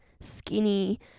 skinny